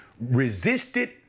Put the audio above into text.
resisted